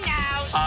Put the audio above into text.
now